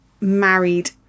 married